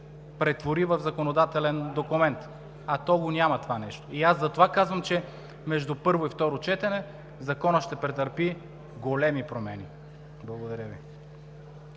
претвори в законодателен документ. (Реплики.) А то го няма това нещо! И аз затова казвам, че между първо и второ четене Законът ще претърпи големи промени. Благодаря Ви.